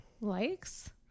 likes